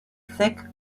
thick